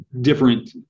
different